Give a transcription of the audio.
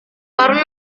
karena